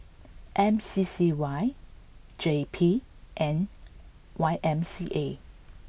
M C C Y J P and Y M C A